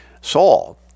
Saul